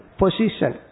position